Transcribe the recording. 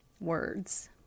words